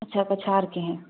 अच्छा पछार के हैं